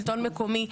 שלטון מקומי.